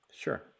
Sure